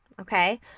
Okay